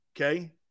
okay